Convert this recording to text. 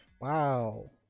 wow